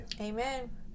amen